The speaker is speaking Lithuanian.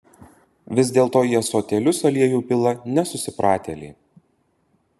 vis dėlto į ąsotėlius aliejų pila nesusipratėliai